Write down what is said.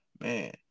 man